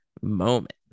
moment